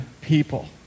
people